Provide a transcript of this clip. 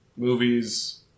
Movies